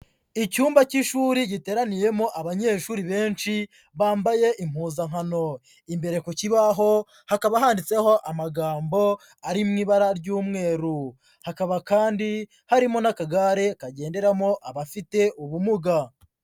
Icyumba cy'ishuri giteraniyemo abanyeshuri benshi, bambaye impuzankano. Imbere ku kibaho hakaba handitseho amagambo ari mu ibara ry'umweru. Hakaba kandi harimo n'akagare kagenderamo abafite ubumuga.